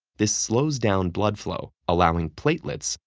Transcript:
this slows down blood flow, allowing platelets,